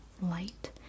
light